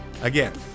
Again